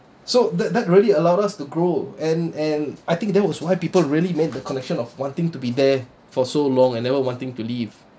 so that that really allowed us to grow and and I think that was why people really made the connection of wanting to be there for so long I never wanting to leave